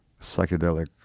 psychedelic